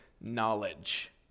knowledge